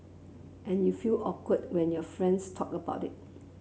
and you feel awkward when your friends talk about it